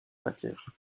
matière